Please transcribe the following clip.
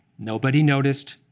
nobody noticed.